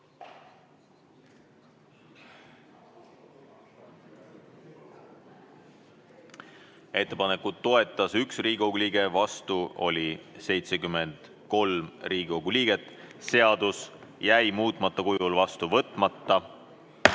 Ettepanekut toetas 1 Riigikogu liige, vastu oli 73 Riigikogu liiget. Seadus jäi muutmata kujul vastu võtmata.